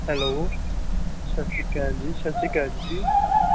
hello ਸਤਿ ਸ਼੍ਰੀ ਅਕਾਲ ਜੀ ਸਤਿ ਸ਼੍ਰੀ ਅਕਾਲ ਜੀ